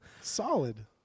Solid